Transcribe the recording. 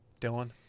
dylan